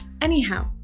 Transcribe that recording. Anyhow